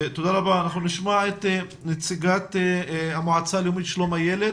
אנחנו נשמע את נציגת המועצה הלאומית לשלום הילד,